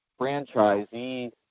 franchisee